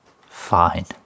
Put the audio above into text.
fine